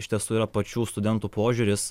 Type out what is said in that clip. iš tiesų yra pačių studentų požiūris